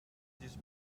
this